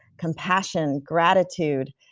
compassion, gratitude,